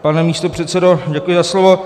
Pane místopředsedo, děkuji za slovo.